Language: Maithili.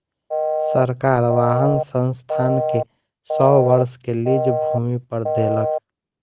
सरकार वाहन संस्थान के सौ वर्ष के लीज भूमि पर देलक